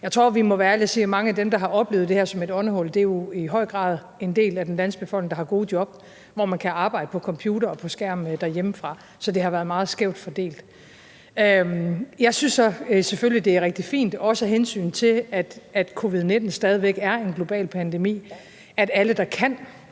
Jeg tror, vi må være ærlige og sige, at mange af dem, der har oplevet det her som et åndehul, i høj grad er den del af den danske befolkning, der har gode jobs, hvor man kan arbejde på computeren og foran skærmen derhjemmefra. Så det har været meget skævt fordelt. Jeg synes selvfølgelig, det er rigtig fint, også af hensyn til at covid-19 stadig er en global pandemi, at alle, der kan